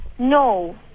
No